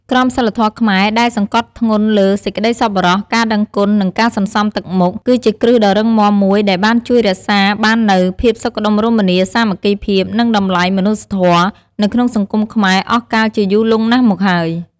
ក្រមសីលធម៌ខ្មែរដែលសង្កត់ធ្ងន់លើ សេចក្តីសប្បុរស ការដឹងគុណ និងការសន្សំទឹកមុខ គឺជាគ្រឹះដ៏រឹងមាំមួយដែលបានជួយរក្សាបាននូវ ភាពសុខដុមរមនា សាមគ្គីភាព និងតម្លៃមនុស្សធម៌ នៅក្នុងសង្គមខ្មែរអស់កាលជាយូរលង់ណាស់មកហើយ។